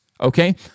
Okay